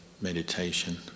meditation